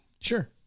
sure